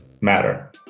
matter